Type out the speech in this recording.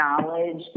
knowledge